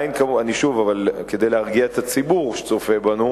שוב, כדי להרגיע את הציבור שצופה בנו: